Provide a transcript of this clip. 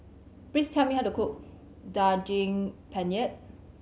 please tell me how to cook Daging Penyet